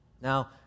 Now